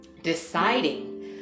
deciding